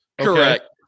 correct